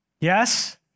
Yes